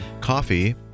coffee